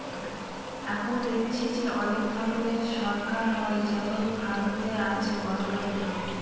এখন দেখেছি যে অনেক ধরনের সরকার হয় যেমন ভারতে আছে গণতন্ত্র